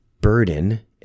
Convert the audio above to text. burden